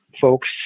folks